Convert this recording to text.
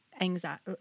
anxiety